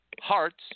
hearts